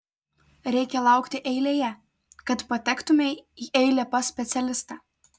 reikia laukti eilėje kad patektumei į eilę pas specialistą